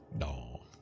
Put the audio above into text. No